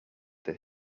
that